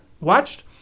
watched